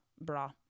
bra